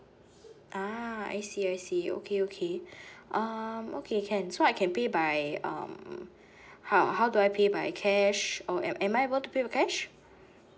ah I see I see okay okay um okay can so I can pay by um how how do I pay by cash or am am I able to pay by cash